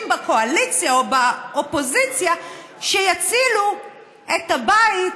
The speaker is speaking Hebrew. בקואליציה או באופוזיציה שיצילו את הבית,